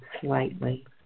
slightly